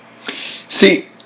See